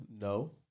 no